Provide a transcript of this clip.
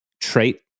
trait